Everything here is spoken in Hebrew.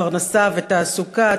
פרנסה ותעסוקה,